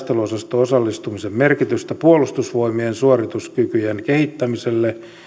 taisteluosastoon osallistumisen merkitystä puolustusvoimien suorituskykyjen kehittämiselle